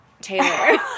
Taylor